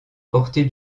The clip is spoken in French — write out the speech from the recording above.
portée